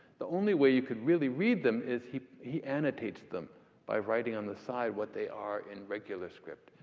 the only way you could really read them is he he annotates them by writing on the side what they are in regular script.